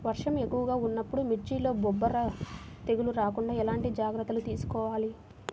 వర్షం ఎక్కువగా ఉన్నప్పుడు మిర్చిలో బొబ్బర తెగులు రాకుండా ఎలాంటి జాగ్రత్తలు తీసుకోవాలి?